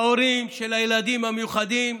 להורים של הילדים המיוחדים,